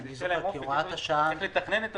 כדי שיהיה להם זמן איך לתכנן את עצמם.